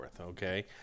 okay